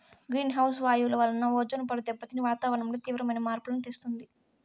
green house వాయువుల వలన ozone పొర దెబ్బతిని వాతావరణంలో తీవ్రమైన మార్పులను తెస్తుంది